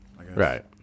Right